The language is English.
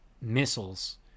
missiles